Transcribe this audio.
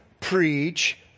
preach